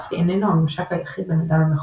ממשק גרפי איננו הממשק היחיד בין אדם למכונה.